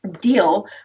deal